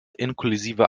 inklusive